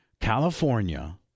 California